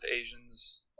Asians